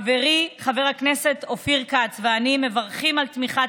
חברי חבר הכנסת אופיר כץ ואני מברכים על תמיכת